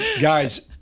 guys